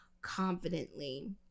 confidently